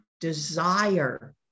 desire